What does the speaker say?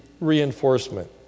reinforcement